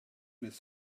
les